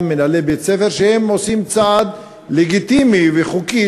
מנהלי בתי-ספר שעושים צעד לגיטימי וחוקי,